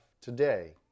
today